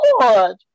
Lord